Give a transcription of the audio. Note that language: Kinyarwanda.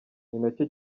ninacyo